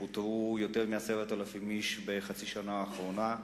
ופוטרו יותר מ-10,000 איש בחצי השנה האחרונה.